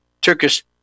Turkish